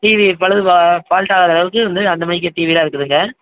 TV பழுது போகா fault ஆகாத அளவுக்கு வந்து அந்த மேரிக்கு டிவியெலாம் இருக்குதுங்க